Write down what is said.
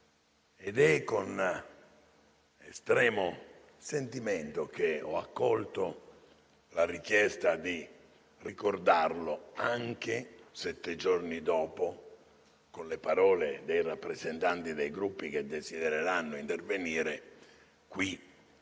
ed è con estrema emozione che ho accolto la richiesta di ricordarlo anche sette giorni dopo con le parole dei rappresentanti dei Gruppi che desidereranno intervenire in